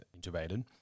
intubated